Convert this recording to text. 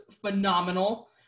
phenomenal